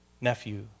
nephew